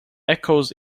echoes